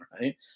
right